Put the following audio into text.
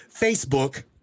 Facebook